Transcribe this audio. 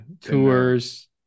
Tours